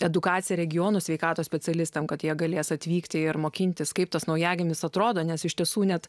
edukacija regionų sveikatos specialistams kad jie galės atvykti ir mokintis kaip tas naujagimis atrodo nes iš tiesų net